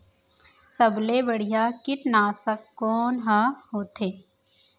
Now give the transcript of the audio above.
सबले बढ़िया कीटनाशक कोन ह होथे?